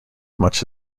much